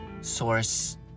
source